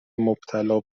مبتلا